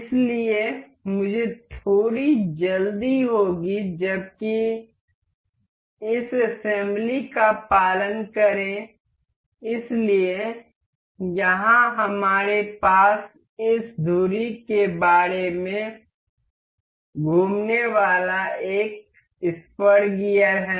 इसलिए मुझे थोड़ी जल्दी होगी जबकि इस असेम्ब्ली का पालन करें इसलिए यहां हमारे पास इस धुरी के बारे में घूमने वाला एक स्पर गियर है